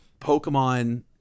Pokemon